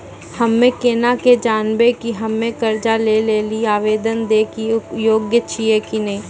हम्मे केना के जानबै कि हम्मे कर्जा लै लेली आवेदन दै के योग्य छियै कि नै?